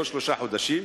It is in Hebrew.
כל שלושה חודשים,